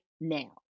now